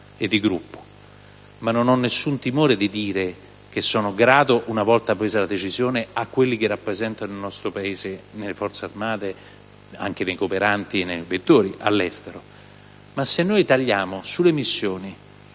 e di Gruppo, ma non ho alcun timore di dire che sono grato, una volta presa la decisione, a quelli che rappresentano il nostro Paese nelle Forze armate nonché ai cooperanti all'estero. Se però tagliamo sulle missioni,